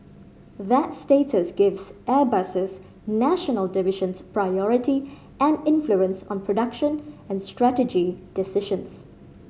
that status gives Airbus's national divisions priority and influence on production and strategy decisions